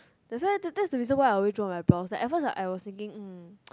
that's why that that is the reason why I always draw my brows like at first I I was thinking mm